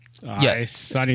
Yes